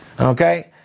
Okay